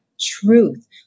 Truth